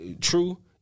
True